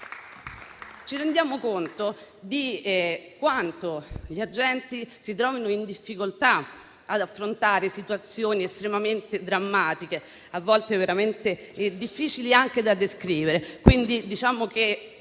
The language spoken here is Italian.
ci rendiamo conto di quanto gli agenti si trovino in difficoltà ad affrontare situazioni estremamente drammatiche, a volte veramente difficili anche da descrivere.